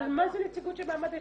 אבל מה זה נציגות של מעמד האשה?